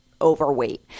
overweight